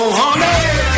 honey